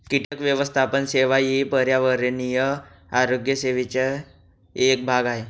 कीटक व्यवस्थापन सेवा ही पर्यावरणीय आरोग्य सेवेचा एक भाग आहे